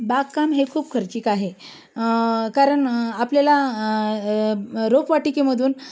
बागकाम हे खूप खर्चिक आहे कारण आपल्याला रोपवाटिकेमधून